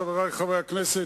חברי חברי הכנסת,